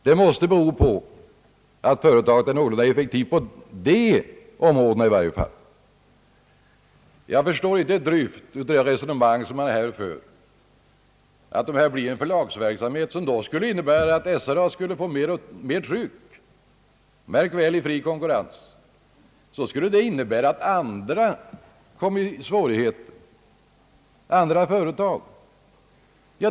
Det måste bero på att företaget är någorlunda effektivt på dessa områden i varje fall. Jag förstår inte alls de resonemang som man här för, att om det blir en förlagsverksamhet som innebär att SRA kommer att få mer tryck — märk väl i fri konkurrens — skulle detta innebära att andra företag kom i svårigheter.